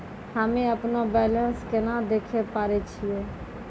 हम्मे अपनो बैलेंस केना देखे पारे छियै?